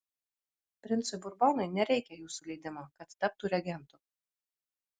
princui burbonui nereikia jūsų leidimo kad taptų regentu